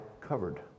covered